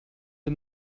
the